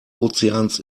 ozeans